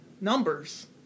numbers